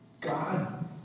God